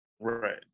Right